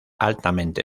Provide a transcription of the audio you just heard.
altamente